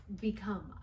become